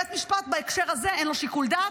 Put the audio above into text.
בית משפט, בהקשר הזה אין לו שיקול דעת.